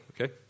Okay